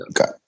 Okay